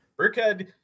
Burkhead